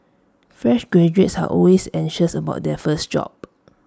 fresh graduates are always anxious about their first job